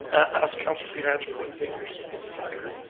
ask councillor pietrangelo what figures is he talking about.